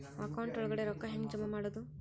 Account ಒಳಗಡೆ ರೊಕ್ಕ ಹೆಂಗ್ ಜಮಾ ಮಾಡುದು?